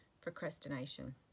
Procrastination